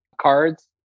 cards